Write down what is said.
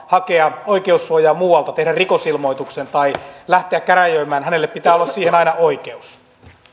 hakea oikeussuojaa muualta tehdä rikosilmoituksen tai lähteä käräjöimään hänellä pitää olla siihen aina oikeus